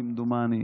כמדומני,